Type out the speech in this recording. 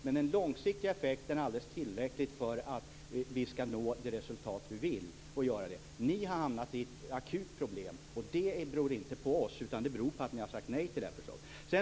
Men den långsiktiga effekten är alldeles tillräcklig för att vi skall nå det resultat vi vill. Ni har hamnat i ett akut problem, och det beror inte på oss utan på att ni har sagt nej till det här förslaget.